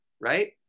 right